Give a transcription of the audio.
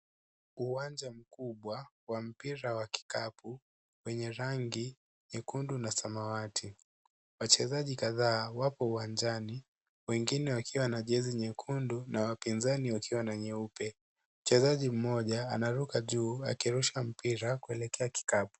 Uwanja mkubwa wa mpira wa kikapu wenye rangi nyekundu na samawati .Wachezaji kadhaaa wapo uwanjani wengine wakiwa na jezi nyekundu na wapinzani wakiwa na nyeupe. Mchezaji mmoja anaruka juu akirusha mpira kuelekea kikapu.